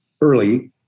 early